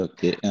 Okay